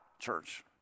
church